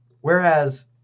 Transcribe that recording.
Whereas